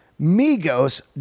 Migos